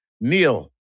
Neil